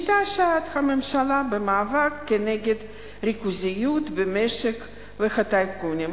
משתעשעת הממשלה במאבק כנגד הריכוזיות במשק והטייקונים.